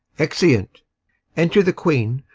exeunt enter the queen,